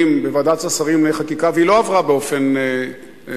בוועדת השרים לענייני חקיקה והיא לא עברה באופן שקט.